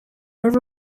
but